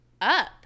up